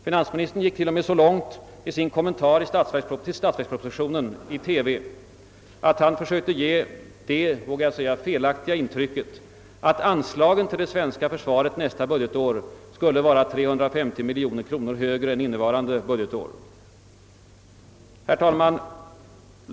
Finansministern gick till och med så långt i sin kommentar till statsverkspropositionen i TV att han sökte ge det, vågar jag säga, felaktiga intrycket att anslagen till det svenska försvaret nästa budgetår skulle vara 350 miljoner kronor högre än innevarande budgetår. Herr talman!